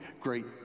great